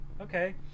okay